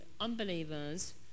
unbelievers